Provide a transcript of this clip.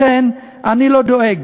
לכן, אני לא דואג.